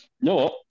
No